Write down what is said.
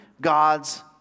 God's